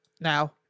now